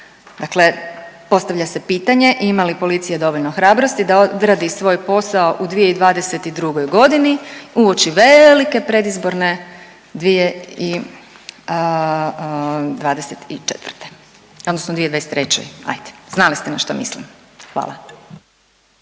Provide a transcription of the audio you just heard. Dakle, postavlja se pitanje, ima li policija dovoljno hrabrosti da odradi svoj posao u 2022.g. uoči veeeelike predizborne 2024. odnosno 2023., ajd znali ste na što mislim? Hvala.